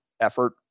effort